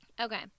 okay